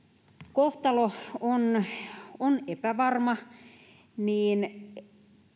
kohtalo on on epävarma niin